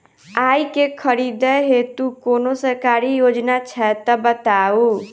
आइ केँ खरीदै हेतु कोनो सरकारी योजना छै तऽ बताउ?